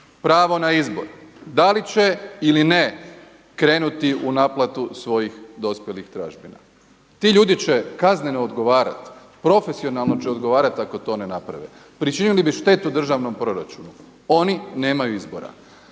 pravo na izbor da li će ili ne krenuti u naplatu svojih dospjelih tražbina. Ti ljudi će kazneno odgovarati, profesionalno će odgovarati ako to ne naprave, pričinili bi štetu državnom proračunu. Oni nemaju izbora.